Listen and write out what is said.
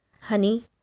honey